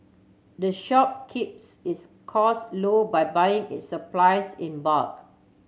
the shop keeps its costs low by buying its supplies in bulk